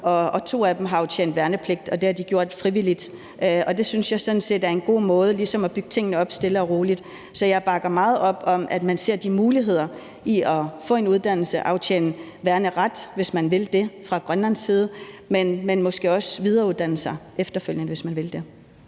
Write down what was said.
og to af dem har aftjent værnepligt, og det har de gjort frivilligt. Det synes jeg sådan set er en god måde ligesom at bygge tingene op på stille og roligt. Så jeg bakker meget op om, at man ser de muligheder i at få en uddannelse og aftjene værneret, hvis man vil det, fra Grønlands side, men måske også at videreuddanne sig efterfølgende, hvis man vil det.